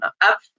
up